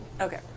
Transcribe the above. Okay